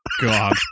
God